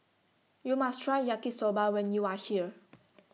YOU must Try Yaki Soba when YOU Are here